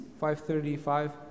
535